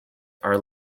are